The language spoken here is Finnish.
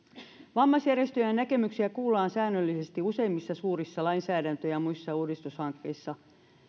vammaisjärjestöjen näkemyksiä kuullaan säännöllisesti useimmissa suurissa lainsäädäntö ja muissa uudistushankkeissa